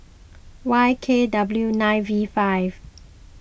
Y K W nine V five